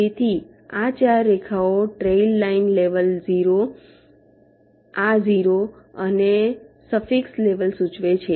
તેથી આ 4 રેખાઓ ટ્રેઇલ લાઇન લેવલ 0 આ 0 અને સફિક્સ લેવલ સૂચવે છે